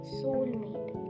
soulmate